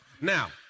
Now